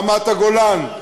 רמת-הגולן,